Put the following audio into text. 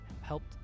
helped